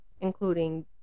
including